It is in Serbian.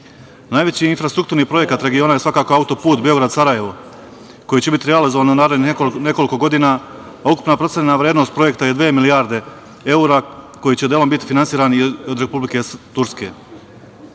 način. Najveći infrastrukturni projekat regiona je svakako autoput Beograd-Sarajevo, koji će biti realizovan u narednih nekoliko godina, a ukupna procenjena vrednost projekta je dve milijarde evra, koji će delom biti finansirani od Republike Turske. Srbija